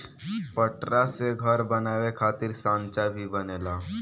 पटरा से घर बनावे खातिर सांचा भी बनेला